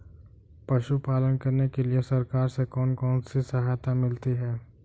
पशु पालन करने के लिए सरकार से कौन कौन सी सहायता मिलती है